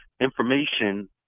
information